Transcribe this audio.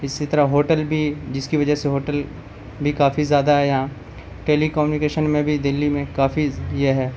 اسی طرح ہوٹل بھی جس کی وجہ سے ہوٹل بھی کافی زیادہ ہیں یہاں ٹیلی کومیونیکیشن میں بھی دلی میں کافی یہ ہے